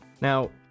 Now